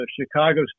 Chicago